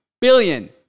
billion